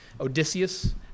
Odysseus